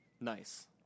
Nice